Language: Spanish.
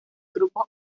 grupos